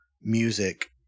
music